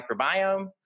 microbiome